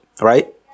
right